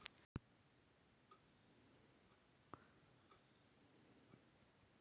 आदी, गोल मरीच, दाएल चीनी, लाइची, हरदी, केसर जइसन मसाला मन कर निरयात अब्बड़ बगरा होत अहे